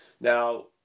Now